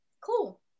cool